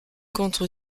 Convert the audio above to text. contre